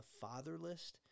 fatherless—